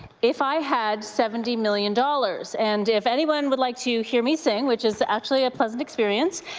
if i had seventy million dollars. and if anyone would like to hear me sing, which is actually a pleasant experience,